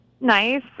nice